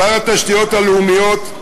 שר התשתיות הלאומיות,